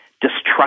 distrust